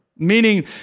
meaning